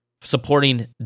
supporting